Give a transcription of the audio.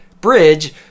bridge